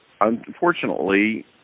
unfortunately